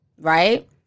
right